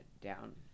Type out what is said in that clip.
down